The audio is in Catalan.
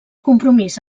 compromís